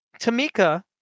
Tamika